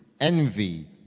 envy